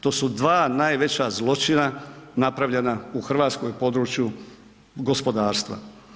To su dva najveća zločina napravljena u Hrvatskoj u području gospodarstva.